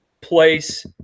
place